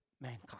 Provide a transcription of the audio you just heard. mankind